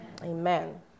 Amen